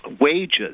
Wages